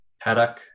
paddock